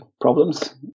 problems